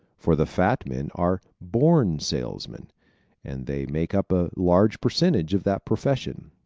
for the fat men are born salesmen and they make up a large percentage of that profession.